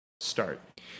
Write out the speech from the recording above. start